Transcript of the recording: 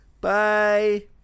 Bye